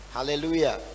Hallelujah